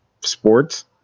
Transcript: sports